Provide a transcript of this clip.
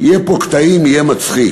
יהיה פה קטעים, יהיה מצחיק.